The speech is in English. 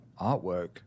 artwork